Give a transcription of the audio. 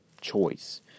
choice